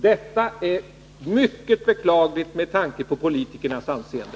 Detta är mycket beklagligt med tanke på politikernas anseende.